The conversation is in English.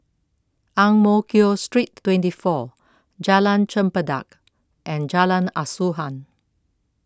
Ang Mo Kio Street twenty four Jalan Chempedak and Jalan Asuhan